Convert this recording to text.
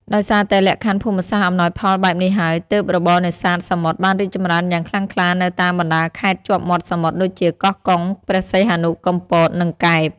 ដោយសារតែលក្ខខណ្ឌភូមិសាស្ត្រអំណោយផលបែបនេះហើយ ទើបរបរនេសាទសមុទ្របានរីកចម្រើនយ៉ាងខ្លាំងក្លានៅតាមបណ្ដាខេត្តជាប់មាត់សមុទ្រដូចជា កោះកុង ព្រះសីហនុ កំពត និងកែប។